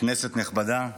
כנסת נכבדה,